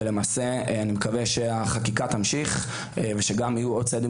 אני מקווה שהחקיקה תמשיך ושיהיו עוד צעדים